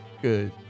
good